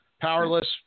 Powerless